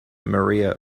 maria